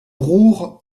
roure